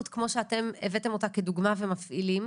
כמו שאתם הבאתם אותה כדוגמא ומפעילים.